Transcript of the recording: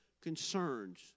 concerns